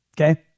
okay